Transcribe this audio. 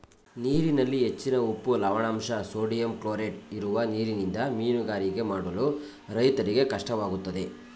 ನೀರಿನಲ್ಲಿ ಹೆಚ್ಚಿನ ಉಪ್ಪು, ಲವಣದಂಶ, ಸೋಡಿಯಂ ಕ್ಲೋರೈಡ್ ಇರುವ ನೀರಿನಿಂದ ಮೀನುಗಾರಿಕೆ ಮಾಡಲು ರೈತರಿಗೆ ಕಷ್ಟವಾಗುತ್ತದೆ